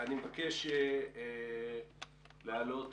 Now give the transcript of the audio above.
כשנסיים את הדיון הזה הוועדה תצא לסיור במתקן הלוגיסטי שאמור לקלוט